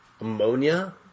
Ammonia